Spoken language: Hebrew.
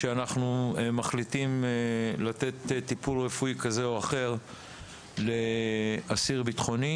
כשאנחנו מחליטים לתת טיפול רפואי כזה או אחר לאסיר בטחוני.